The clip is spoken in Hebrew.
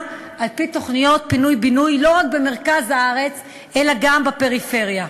על-פי תוכניות פינוי ובינוי לא רק במרכז הארץ אלא גם בפריפריה.